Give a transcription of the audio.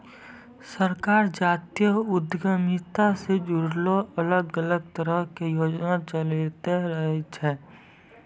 सरकार जातीय उद्यमिता से जुड़लो अलग अलग तरहो के योजना चलैंते रहै छै